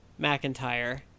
McIntyre